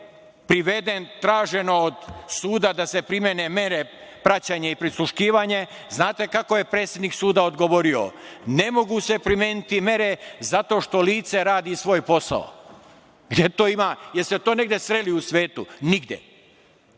priveden. Traženo od suda da se primene mere praćenja i prisluškivanje. Znate kako je predsednik suda odgovorio, ne mogu se primeniti mere zato što lice radi svoj posao. Gde to ima? Da li ste to negde sreli u svetu? Nigde.